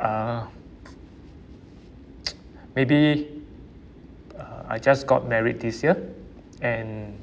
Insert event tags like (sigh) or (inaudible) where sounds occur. uh (noise) maybe uh I just got married this year and